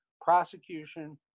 prosecution